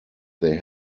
they